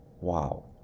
Wow